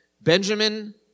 Benjamin